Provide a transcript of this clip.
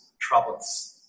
troubles